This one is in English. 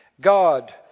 God